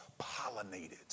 pollinated